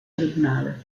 tribunale